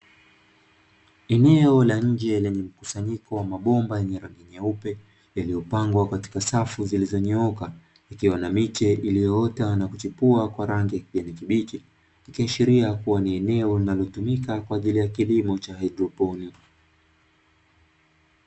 Eneo la nje lenye mkusanyiko wa mabomba yenye rangi nyeupe yaliyopangwa katika safu zilizonyooka ikiwa na miche iliyoota na kuchipua kwa rangi ya kijani kibichi, ikiashiria kuwa ni eneo linalotumika kwa ajili ya kilimo cha haidroponi.